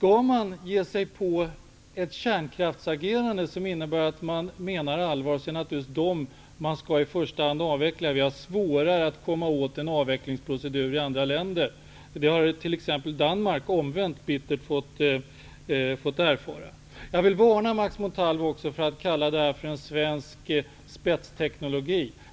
Om man menar allvar med en kärnkraftsavveckling, är det förstås dessa reaktorer som i första hand skall avvecklas. Det är svårare att få i gång en avvecklingsprocedur i andra länder, vilket t.ex Danmark bittert har fått erfara. Jag vill också varna Max Montalvo för att kalla kärnkraften för en svensk spetsteknologi.